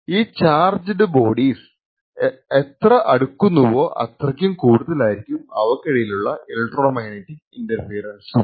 ഈ charged bodies എത്ര അടുക്കുന്നുവോ അത്രക്കും കൂടുതലായിരിക്കും അവക്കിടയിലുള്ള ഇലക്ട്രോ മാഗ്നറ്റിക് ഇന്റർഫിയറൻസും